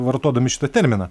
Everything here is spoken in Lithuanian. vartodami šitą terminą